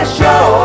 show